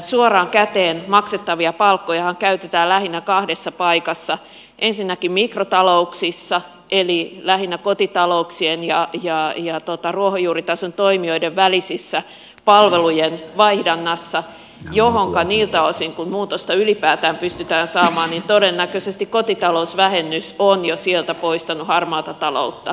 suoraan käteen maksettavia palkkojahan käytetään lähinnä kahdessa paikassa ensinnäkin mikrotalouksissa eli lähinnä kotitalouksien ja ruohonjuuritason toimijoiden välisessä palvelujen vaihdannassa ja niiltä osin kuin siihen muutosta ylipäätään pystytään saamaan todennäköisesti kotitalousvähennys on jo sieltä poistanut harmaata taloutta